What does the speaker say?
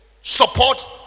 Support